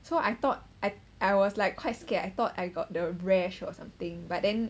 so I thought I I was like quite scared I thought I got the rash or something but then